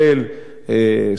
סופרים,